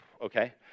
Okay